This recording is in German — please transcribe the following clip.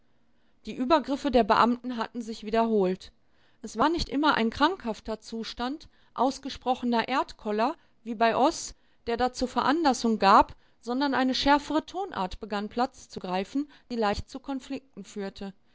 die übergriffe der beamten hatten sich wiederholt es war nicht immer ein krankhafter zustand ausgesprochener erdkoller wie bei oß der dazu veranlassung gab sondern eine schärfere tonart begann platz zu greifen die leicht zu konflikten führte